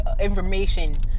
information